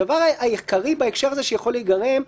הדבר העיקרי בהקשר הזה שיכול להיגרם,